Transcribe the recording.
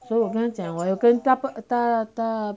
所以我跟他讲我跟大伯大大大